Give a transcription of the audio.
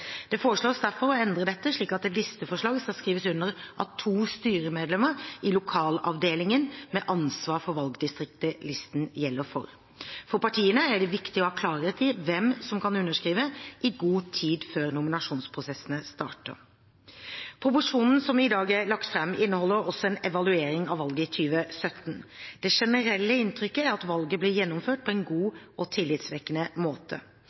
Det foreslås derfor å endre dette slik at et listeforslag skal skrives under av to styremedlemmer i lokalavdelingen med ansvar for valgdistriktet listen gjelder for. For partiene er det viktig å ha klarhet i hvem som kan underskrive, i god tid før nominasjonsprosessene starter. Proposisjonen som i dag er lagt fram, inneholder også en evaluering av valget i 2017. Det generelle inntrykket er at valget ble gjennomført på en god og tillitvekkende måte.